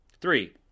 Three